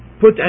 put